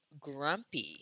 grumpy